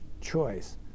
choice